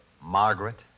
Margaret